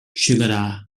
chegará